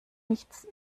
nichts